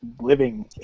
living